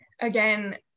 again